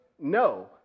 No